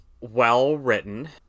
well-written